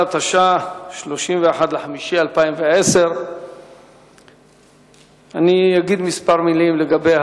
התש"ע, 31 במאי 2010. אני אגיד מלים מספר לגבי